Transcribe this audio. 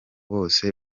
bose